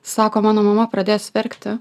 sako mano mama pradės verkti